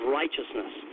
righteousness